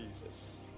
Jesus